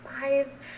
fives